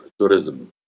tourism